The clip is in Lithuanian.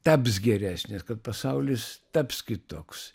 taps geresnis kad pasaulis taps kitoks